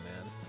man